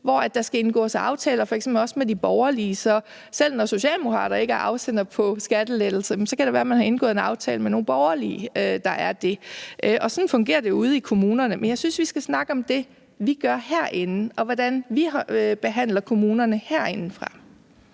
hvor der skal indgås aftaler, f.eks. også med de borgerlige. Så selv når socialdemokrater ikke er afsendere på skattelettelser, kan det være, at man har indgået en aftale med nogle borgerlige, der er det. Sådan fungerer det ude i kommunerne, men jeg synes, at vi skal snakke om det, vi gør herinde, og hvordan vi behandler kommunerne herindefra.